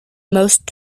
most